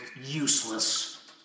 useless